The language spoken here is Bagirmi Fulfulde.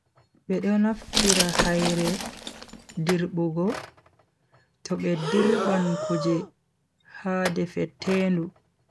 Be do naftira haire dirbugo to be dirban kuje ha defetendu.